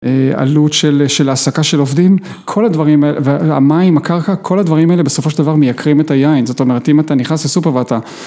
עלות של העסקה של עובדים, כל הדברים, המים, הקרקע, כל הדברים האלה בסופו של דבר מייקרים את היין, זאת אומרת, אם אתה נכנס לסופר ואתה...